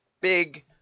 big